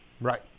Right